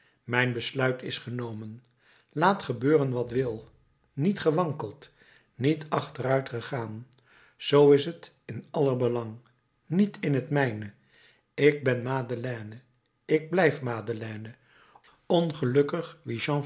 mijn besluit is genomen laat gebeuren wat wil niet gewankeld niet achteruit gegaan z is t in aller belang niet in het mijne ik ben madeleine ik blijf madeleine ongelukkig wie jean